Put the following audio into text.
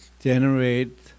generate